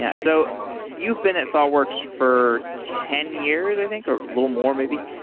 yeah so you've been at thoughtworks for ten years, i think, or a little more maybe.